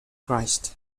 christ